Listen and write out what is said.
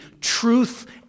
truth